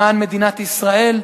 למען מדינת ישראל.